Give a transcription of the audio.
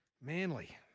Manly